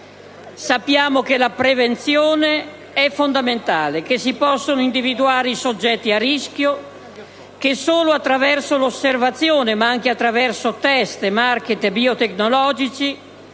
Sappiamo che la prevenzione è fondamentale, che si possono individuare i soggetti a rischio, che solo attraverso l'osservazione ma anche attraverso test e *marker* biotecnologici,